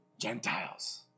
Gentiles